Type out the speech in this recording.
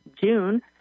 June